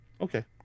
Okay